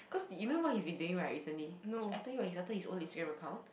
cause you know what he's been doing right recently I told you right he started his own Instagram account